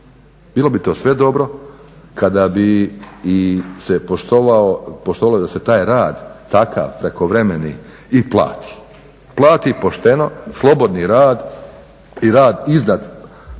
Bilo bi to sve dobro kada bi se poštovalo da se taj rad takav prekovremeni i plati, plati pošteno slobodni rad i rad iznad prosječnog